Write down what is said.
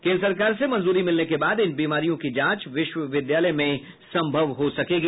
केन्द्र सरकार से मंजूरी मिलने के बाद इन बीमारियों की जांच विश्वविद्यालय में संभव हो सकेगी